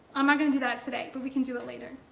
i'm not going to do that today, but we can do it later.